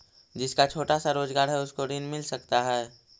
जिसका छोटा सा रोजगार है उसको ऋण मिल सकता है?